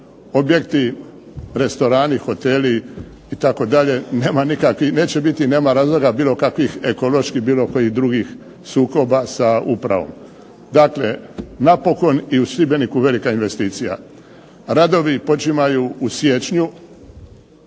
objekti restorani, hoteli itd. Nema nikakvih, neće biti, nema razloga bilo kakvih ekoloških, bilo kojih drugih sukoba sa upravom. Dakle, napokon i u Šibeniku velika investicija. Radovi počimaju u siječnju.